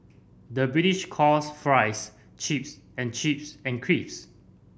the British calls fries chips and chips and